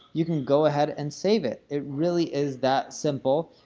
you can go ahead and save it, it really is that simple,